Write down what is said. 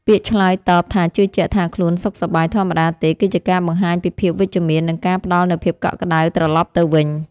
ពាក្យឆ្លើយតបថាជឿជាក់ថាខ្លួនសុខសប្បាយធម្មតាទេគឺជាការបង្ហាញពីភាពវិជ្ជមាននិងការផ្ដល់នូវភាពកក់ក្តៅត្រឡប់ទៅវិញ។